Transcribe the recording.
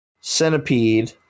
Centipede